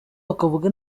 bakavuga